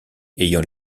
ayant